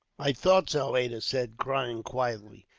i thought so, ada said, crying quietly.